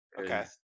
okay